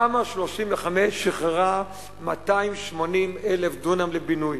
תמ"א 35 שחררה 280,000 דונם לבינוי.